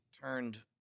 turned